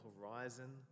horizon